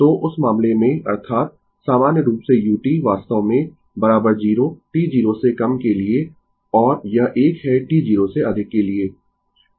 तो उस मामले में अर्थात सामान्य रूप से u वास्तव में 0 t 0 से कम के लिए और यह 1 है t 0 से अधिक के लिए